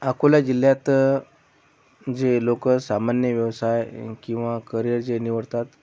अकोला जिल्ह्यात जे लोक सामान्य व्यवसाय किंवा करिअर जे निवडतात